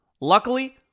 luckily